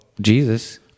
Jesus